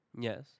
Yes